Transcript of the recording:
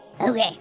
Okay